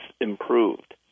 improved